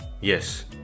Yes